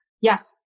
Yes